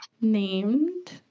named